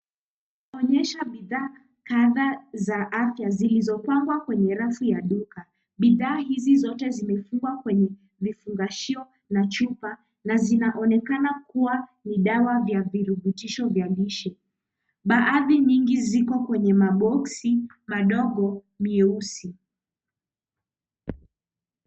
Tunaongeshwa bidhaa kadhaa za afya zilizo pangwa kwenye rafu ya duka. Bidhaa hizo zote zimefungwa kwenye vifungashio na chupa na zinaonekana kua ni dawa ya virutubisho vya lishe. Baadhi nyingi ziko kwenye maboxi madogo mieusi.